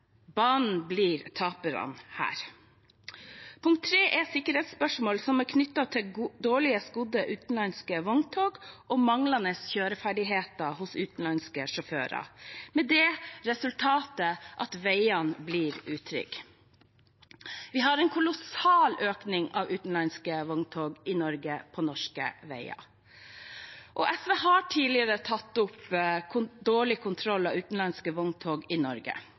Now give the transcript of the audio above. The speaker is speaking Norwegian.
Jernbanen blir taperen her. Punkt tre handler om sikkerhetsspørsmål, som er knyttet til dårlig skodde utenlandske vogntog og manglende kjøreferdigheter hos utenlandske sjåfører, med det resultat at veiene blir utrygge. Vi har sett en kolossal økning av utenlandske vogntog på norske veier. SV har tidligere tatt opp dårlig kontroll av utenlandske vogntog i Norge.